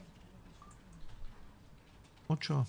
מאוד מחודד,